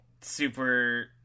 super